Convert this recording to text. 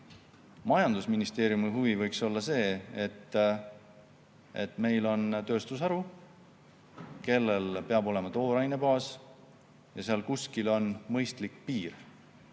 Majandusministeeriumi huvi võiks olla see, et meil oleks tööstusharu, millel oleks toorainebaas. Seal kuskil on mõistlik piir